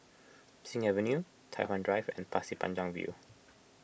Sing Avenue Tai Hwan Drive and Pasir Panjang View